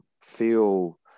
feel